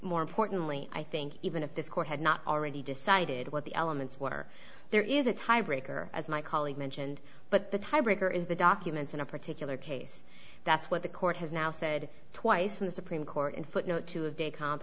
more importantly i think even if this court had not already decided what the elements were there is a tiebreaker as my colleague mentioned but the tiebreaker is the documents in a particular case that's what the court has now said twice from the supreme court in footnote